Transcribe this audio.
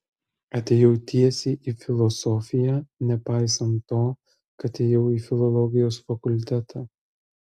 atėjau tiesiai į filosofiją nepaisant to kad ėjau į filologijos fakultetą